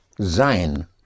sein